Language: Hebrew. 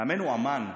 מאמן הוא אומן.